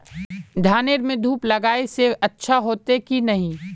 धानेर में धूप लगाए से अच्छा होते की नहीं?